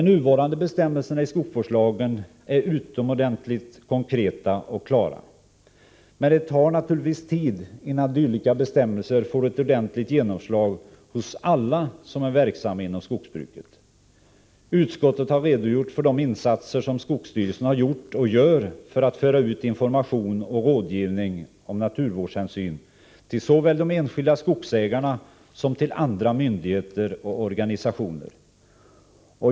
De nuvarande bestämmelserna i skogsvårdslagen är utomordentligt konkreta och klara. Men det tar naturligtvis tid, innan dylika bestämmelser får ett ordentligt genomslag hos alla som är verksamma inom skogsbruket. Utskottet har redogjort för de insatser som skogsstyrelsen har gjort och gör för information och rådgivning om naturvårdshänsyn till såväl de enskilda skogsägarna som till andra myndigheter och organisationer.